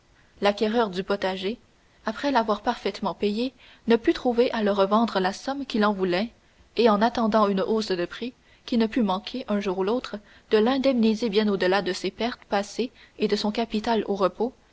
l'acquéreur du potager après l'avoir parfaitement payé ne put trouver à le revendre la somme qu'il en voulait et en attendant une hausse de prix qui ne peut manquer un jour ou l'autre de l'indemniser bien au-delà de ses pertes passées et de son capital au repos